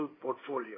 portfolio